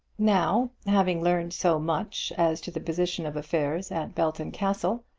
now, having learned so much as to the position of affairs at belton castle,